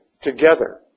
together